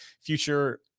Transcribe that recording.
future